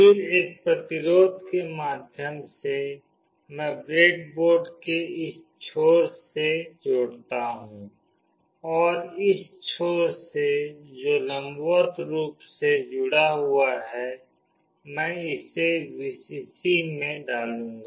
फिर एक प्रतिरोध के माध्यम से मैं ब्रेडबोर्ड के इस छोर से जोड़ती हूं और इस छोर से जो लंबवत रूप से जुड़ा हुआ है मैं इसे Vcc में डालूंगी